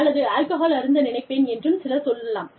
அல்லது ஆல்கஹால் அருந்த நினைப்பேன் என்று சிலர் சொல்லலாம்